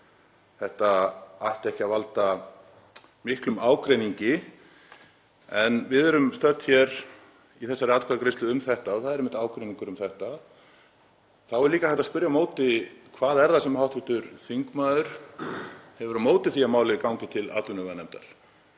Þetta ætti ekki að valda miklum ágreiningi en við erum stödd hér í þessari atkvæðagreiðslu um þetta og það er einmitt ágreiningur um þetta. Þá er líka hægt að spyrja á móti: Hvað er það sem hv. þingmaður hefur á móti því að málið gangi til atvinnuveganefndar?